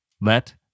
Let